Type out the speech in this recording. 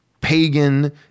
pagan